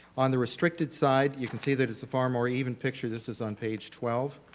on the restricted side, you can see that it's a far more even picture, this this on page twelve.